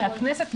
מהכנסת,